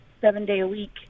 seven-day-a-week